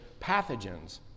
pathogens